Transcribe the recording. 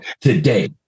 today